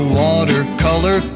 watercolor